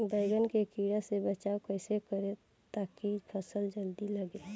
बैंगन के कीड़ा से बचाव कैसे करे ता की फल जल्दी लगे?